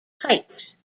pikes